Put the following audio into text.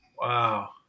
Wow